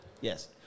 Yes